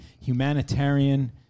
humanitarian